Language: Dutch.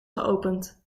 geopend